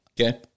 Okay